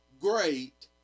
great